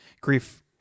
Grief